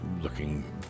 looking